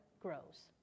grows